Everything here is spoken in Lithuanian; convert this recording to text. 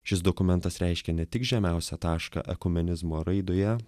šis dokumentas reiškia ne tik žemiausią tašką ekumenizmo raidoje